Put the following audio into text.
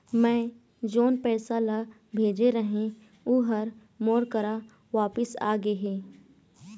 मै जोन पैसा ला भेजे रहें, ऊ हर मोर करा वापिस आ गे हे